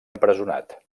empresonat